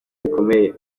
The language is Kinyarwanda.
bikomeye